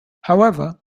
however